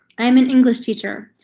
i'm an english teacher.